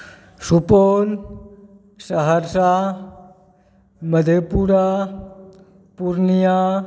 Supaul Saharsa Madhepura Purnia